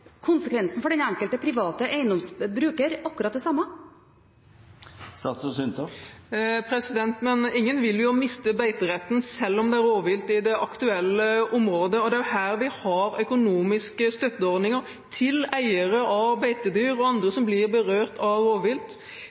konsekvensen for den enkelte private eiendomsbruker akkurat den samme? Men ingen vil miste beiteretten selv om det er rovvilt i det aktuelle området. Det er her vi har økonomiske støtteordninger til eiere av beitedyr og andre som blir berørt av rovvilt.